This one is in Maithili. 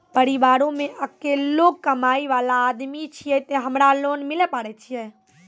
परिवारों मे अकेलो कमाई वाला आदमी छियै ते हमरा लोन मिले पारे छियै?